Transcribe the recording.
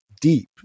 deep